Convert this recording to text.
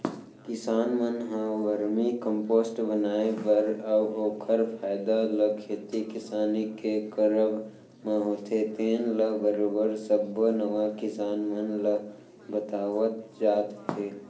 किसान मन ह वरमी कम्पोस्ट बनाए बर अउ ओखर फायदा ल खेती किसानी के करब म होथे तेन ल बरोबर सब्बो नवा किसान मन ल बतावत जात हे